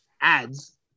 ads